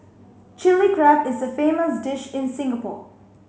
Chilli Crab is a famous dish in Singapore